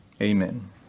Amen